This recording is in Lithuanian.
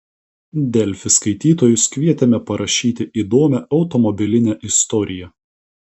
delfi skaitytojus kvietėme parašyti įdomią automobilinę istoriją